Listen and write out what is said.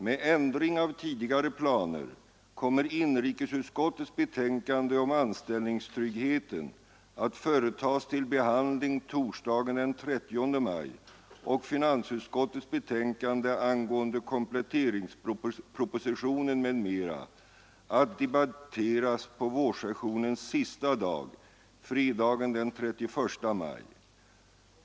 Med ändring av tidigare planer kommer inrikesutskottets betänkande om anställningstryggheten att företas till behandling torsdagen den 30 maj och finansutskottets betänkande angående kompletteringspropositionen m.m. att debatteras på vårsessionens sista dag, fredagen den 31 maj.